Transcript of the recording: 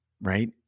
right